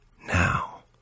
now